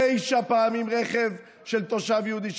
תשע פעמים, רכב של תושב יהודי.